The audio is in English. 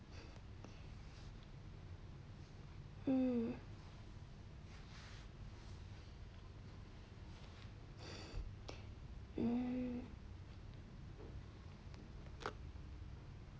hmm hmm